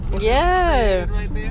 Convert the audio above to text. Yes